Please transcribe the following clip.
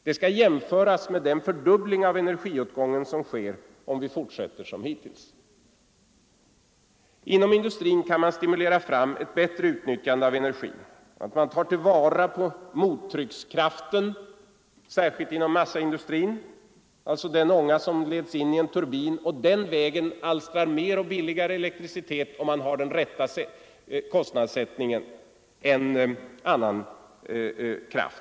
Det skall jämföras med den fördubbling av oljeåtgången som sker om vi fortsätter som hittills. Inom industrin kan man stimulera fram ett bättre utnyttjande av energin. Det är möjligt att ta till vara mottryckskraften, särskilt inom massaindustrin. Den ånga som leds in i en turbin alstrar mer och billigare elektricitet, om man har den rätta kostnadssättningen, än annan kraft.